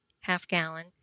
half-gallon